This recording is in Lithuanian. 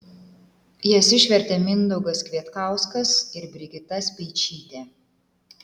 jas išvertė mindaugas kvietkauskas ir brigita speičytė